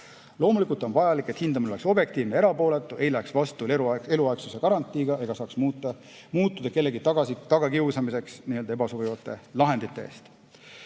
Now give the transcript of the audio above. Loomulikult on vajalik, et hindamine oleks objektiivne ja erapooletu, ei läheks vastuollu eluaegsuse garantiiga ega saaks muutuda kellegi tagakiusamiseks ebasobivate lahendite eest.